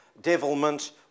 devilment